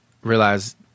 realize